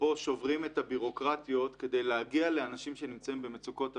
שוברים פה את הביורוקרטיות כדי להגיע לאנשים שנמצאים במצוקות אמיתיות.